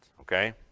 okay